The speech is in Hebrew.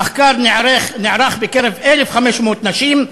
המחקר נערך בקרב 1,500 נשים,